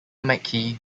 mckee